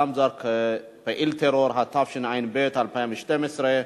הצעת חוק הנהיגה הספורטיבית (תיקון), התשע"ב 2012,